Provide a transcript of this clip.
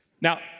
Now